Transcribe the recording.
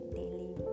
daily